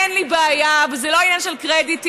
אין לי בעיה וזה לא עניין של קרדיטים.